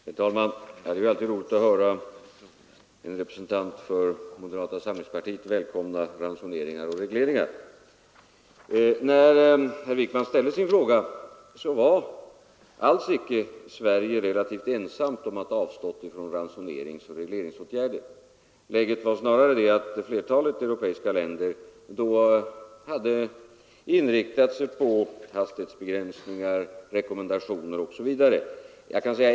Herr talman! Det är alltid roligt att höra en representant för moderata samlingspartiet välkomna ransoneringar och regleringar. När herr Wijkman ställde sin fråga, var Sverige alls icke relativt ensamt om att ha avstått från ransoneringsoch regleringsåtgärder. Läget var snarare att flertalet europeiska länder då hade inriktat sig på hastighetsbegränsningar, rekommendationer osv.